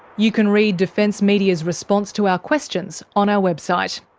you can read defence media's response to our questions on our website.